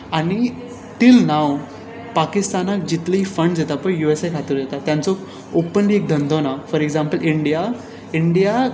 आनी till now पाकिस्तानांत जितली फंड्स येता पळय ती यु एस ए हातूंत वयता ताचो ऑपनली धंदो ना फोर एक्जांपल इंडिया